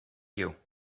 you